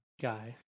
Guy